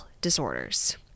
disorders